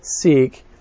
seek